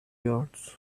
yards